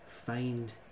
find